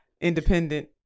independent